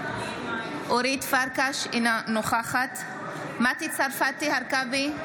אינה נוכחת מטי צרפתי הרכבי,